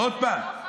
ועוד פעם,